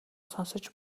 сонсож